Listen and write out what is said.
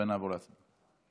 ונעבור להצבעה.